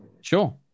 Sure